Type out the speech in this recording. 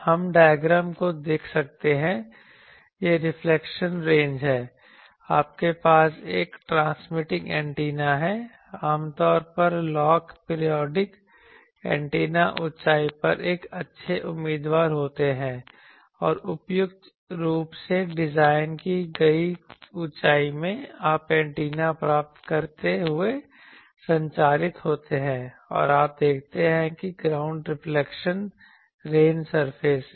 हम डायग्राम को देख सकते हैं यह रिफ्लेक्शन रेंज है आपके पास एक ट्रांसमिटिंग एंटीना है आमतौर पर लॉक पीरियोडिक एंटेना ऊंचाई पर एक अच्छे उम्मीदवार होते हैं और उपयुक्त रूप से डिजाइन की गई ऊंचाई में आप एंटीना प्राप्त करते हुए संचारित होते हैं और आप देखते हैं ग्राउंड रिफ्लेक्शन रेंज सरफेस से